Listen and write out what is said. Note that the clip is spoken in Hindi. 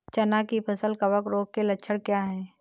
चना की फसल कवक रोग के लक्षण क्या है?